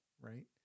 right